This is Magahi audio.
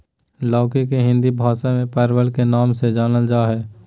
लौकी के हिंदी भाषा में परवल के नाम से जानल जाय हइ